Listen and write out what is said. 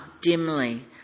dimly